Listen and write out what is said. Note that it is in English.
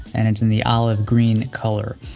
and it's in the olive green color.